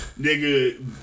Nigga